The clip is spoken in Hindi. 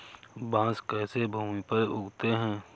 बांस कैसे भूमि पर उगते हैं?